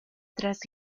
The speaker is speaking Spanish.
tras